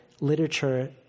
literature